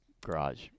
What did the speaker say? garage